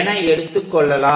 என எடுத்துக்கொள்ளலாம்